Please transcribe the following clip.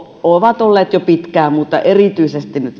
ovat jo pitkään olleet sellaisia mutta erityisesti nyt